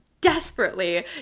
desperately